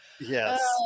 Yes